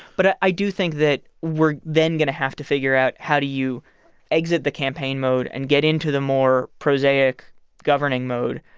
but i do think that we're then going to have to figure out, how do you exit the campaign mode and get into the more prosaic governing mode?